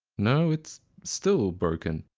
no it's. still broken.